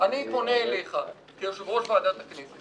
אני פונה אליך כיושב-ראש ועדת הכנסת.